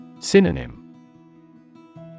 Synonym